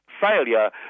failure